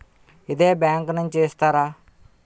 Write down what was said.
ఇదే బ్యాంక్ నుంచి చేస్తారా?